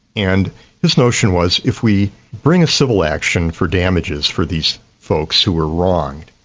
and this notion was if we bring a civil action for damages for these folks who were wronged,